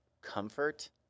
comfort